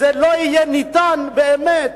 לא יהיה ניתן באמת